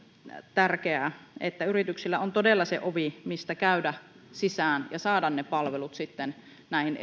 tärkeää että yrityksillä todella on se ovi mistä käydä sisään ja saada ne palvelut ovi näihin